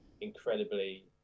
incredibly